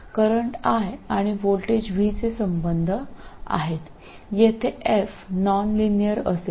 current I आणि voltage V चे संबंध आहेत येथे f नॉनलिनियर असेल